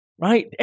right